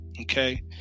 okay